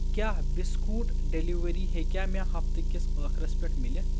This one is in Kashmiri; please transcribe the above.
کیٛاہ بِسکوٗٹ ڈیٚلِؤری ہیٚکیٛاہ مےٚ ہفتہٕ کِس أخرَس پٮ۪ٹھ ملِتھ